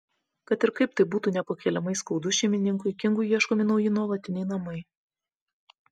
kad ir kaip tai būtų nepakeliamai skaudu šeimininkui kingui ieškomi nauji nuolatiniai namai